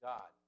God